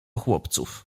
chłopców